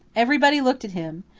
everybody looked at him.